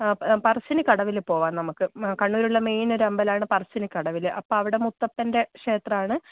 പറശ്ശിനിക്കടവിൽ പോവാം നമുക്ക് കണ്ണൂരുള്ള മെയിൻ ഒരു അമ്പലമാണ് പറശ്ശിനിക്കടവിൽ അപ്പം അവിടെ മുത്തപ്പൻ്റെ ക്ഷേത്രമാണ്